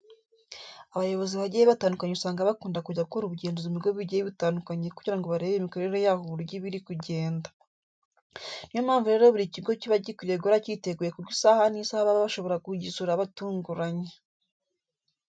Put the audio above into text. Abayobozi bagiye batandukanye usanga bakunda kujya gukora ubugenzuzi mu bigo bigiye bitandukanye kugira ngo barebe imikorere yaho uburyo iba iri kugenda. Ni yo mpamvu rero buri kigo kiba gikwiriye guhora cyiteguye kuko isaha n'isaha baba bashobora kugisura batunguranye.